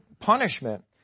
punishment